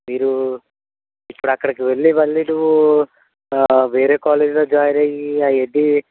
మీరు ఇప్పుడుక్కడికి వెళ్ళి మళ్ళీ నువ్వు వేరే కాలేజ్లో జాయిన్ అయ్యి అవన్ని